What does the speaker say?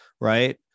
Right